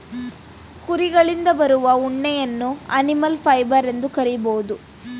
ಕುರಿಗಳಿಂದ ಬರುವ ಉಣ್ಣೆಯನ್ನು ಅನಿಮಲ್ ಫೈಬರ್ ಎಂದು ಕರಿಬೋದು